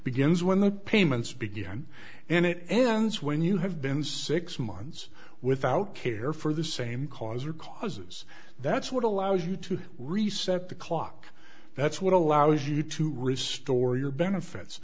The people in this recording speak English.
begins when the payments begin and it ends when you have been six months without care for the same cause or causes that's what allows you to reset the clock that's what allows you to restore your benefits